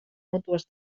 mútues